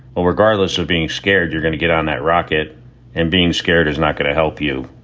but regardless of being scared, you're going to get on that rocket and being scared is not going to help you.